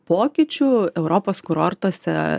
pokyčių europos kurortuose